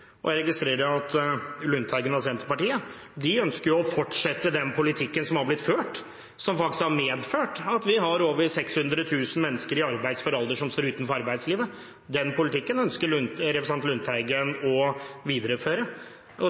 arbeidslivet. Jeg registrerer at Lundteigen og Senterpartiet ønsker å fortsette den politikken som har blitt ført, som faktisk har medført at vi har over 600 000 mennesker i arbeidsfør alder som står utenfor arbeidslivet. Den politikken ønsker representanten Lundteigen å videreføre.